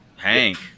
hank